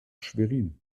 schwerin